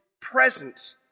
present